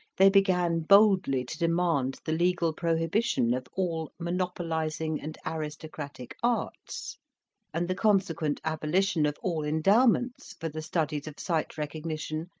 they began boldly to demand the legal prohibition of all monopolising and aristocratic arts and the consequent abolition of all endowments for the studies of sight recognition,